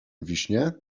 wiśnie